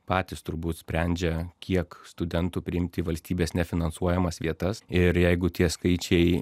patys turbūt sprendžia kiek studentų priimt į valstybės nefinansuojamas vietas ir jeigu tie skaičiai